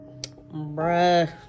Bruh